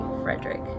Frederick